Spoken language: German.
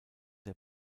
der